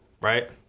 Right